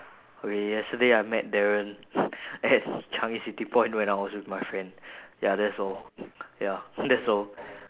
okay yesterday I met darren at changi city point when I was with my friend ya that's all ya that's all